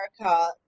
America